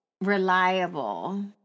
reliable